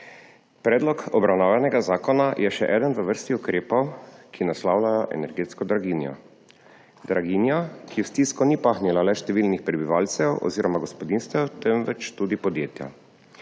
Predlog obravnavanega zakona je še eden v vrsti ukrepov, ki naslavljajo energetsko draginjo. Draginjo, ki v stisko ni pahnila le številnih prebivalcev oziroma gospodinjstev, temveč tudi podjetja.